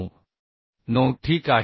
9 ठीक आहे